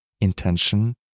intention